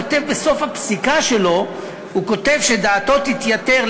הוא כותב בסוף הפסיקה שלו שדעתו תתייתר,